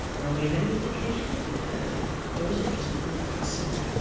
nor gave any indication that he heard or was interested in what was said.